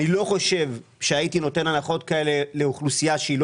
אני לא חושב שהייתי נותן הנחות כאלה לאוכלוסייה שהיא לא